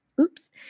oops